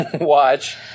watch